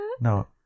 No